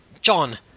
John